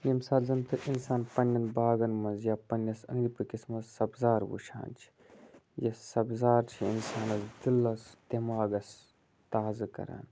ییٚمہِ ساتہٕ زَن تہٕ اِنسان پنٛنٮ۪ن باغَن منٛز یا پنٛنِس أنٛدۍ پٔکِس منٛز سبزار وٕچھان چھِ یہِ سبزار چھِ اِنسانَس دِلَس دِماغَس تازٕ کَران